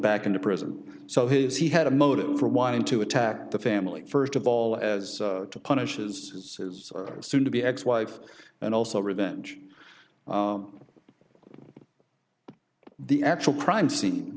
back into prison so his he had a motive for wanting to attack the family first of all as to punish his soon to be ex wife and also revenge the actual crime scene